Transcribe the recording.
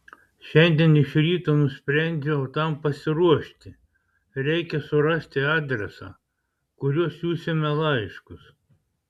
šiandien iš ryto nusprendžiau tam pasiruošti reikia surasti adresą kuriuo siųsime laiškus